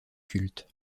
culte